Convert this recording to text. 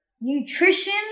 Nutrition